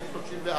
סעיף 4,